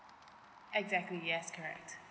exactly yes correct